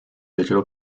digital